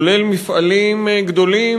כולל מפעלים גדולים